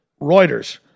Reuters